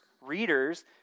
readers